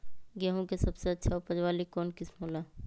गेंहू के सबसे अच्छा उपज वाली कौन किस्म हो ला?